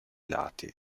lati